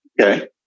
Okay